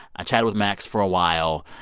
i chatted with max for a while.